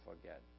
forget